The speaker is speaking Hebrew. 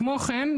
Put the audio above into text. כמו כן,